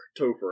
Topher